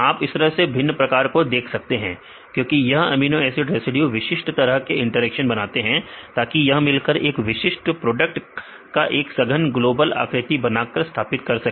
आप से भिन्न प्रकार को देख सकते हैं क्योंकि यह अमीनो एसिड रेसिड्यू विशिष्ट तरह के इंटरेक्शन बनाते हैं ताकि यह मिलकर एक विशिष्ट प्रोडक्ट का एक सघन ग्लोबल आकृति बनाकर स्थापित कर सके